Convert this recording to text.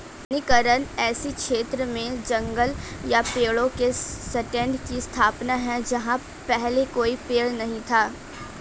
वनीकरण ऐसे क्षेत्र में जंगल या पेड़ों के स्टैंड की स्थापना है जहां पहले कोई पेड़ नहीं था